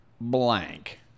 blank